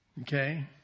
Okay